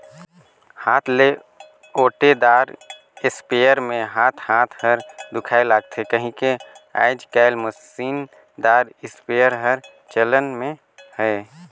हाथ ले ओटे दार इस्पेयर मे हाथ हाथ हर दुखाए लगथे कहिके आएज काएल मसीन दार इस्पेयर हर चलन मे अहे